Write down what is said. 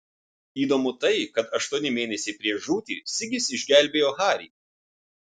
įdomu tai kad aštuoni mėnesiai prieš žūtį sigis išgelbėjo harį